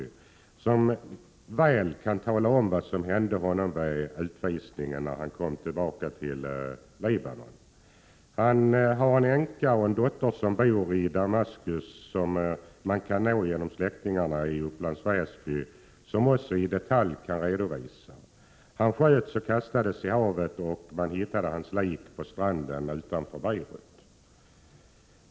De kan mycket väl redogöra för vad som hände honom efter utvisningen, när han kom till Libanon. Han har en änka och en dotter som bor i Damaskus, vilka man kan nå genom släktingarna i Upplands Väsby. De kan också i detalj redovisa vad som hände. Han sköts och kastades i havet, och man hittade hans lik på stranden utanför Beirut.